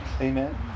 Amen